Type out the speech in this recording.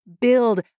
build